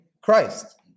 Christ